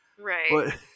right